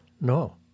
No